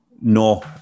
No